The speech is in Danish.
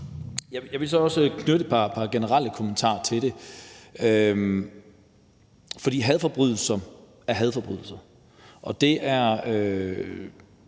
Jeg vil så også knytte et par generelle kommentarer til det. For hadforbrydelser er hadforbrydelser, og de er